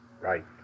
Right